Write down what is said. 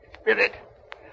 Spirit